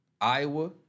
Iowa